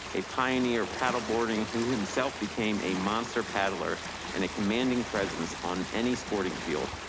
a pioneer paddle boarding, who himself became a monster paddler and a commanding presence on any sporting field.